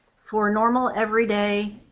for normal, everyday